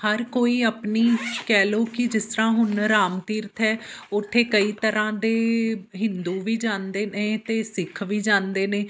ਹਰ ਕੋਈ ਆਪਣੀ ਕਹਿ ਲਓ ਕਿ ਜਿਸ ਤਰ੍ਹਾਂ ਹੁਣ ਰਾਮ ਤੀਰਥ ਹੈ ਉੱਥੇ ਕਈ ਤਰ੍ਹਾਂ ਦੇ ਹਿੰਦੂ ਵੀ ਜਾਂਦੇ ਨੇ ਅਤੇ ਸਿੱਖ ਵੀ ਜਾਂਦੇ ਨੇ